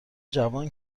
جوان